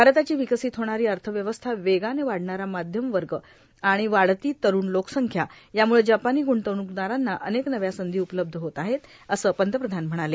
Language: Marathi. भारताची विकसित होणारी अर्थव्यवस्था वेगाने वाढणारा मध्यम वर्ग आणि वाढती तरुण लोकसंख्या याम्ळे जपानी ग्ंतवण्कदारांना अनेक नव्या संधी उपलब्ध होत आहेत असे पंतप्रधान म्हणाले